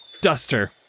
duster